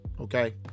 okay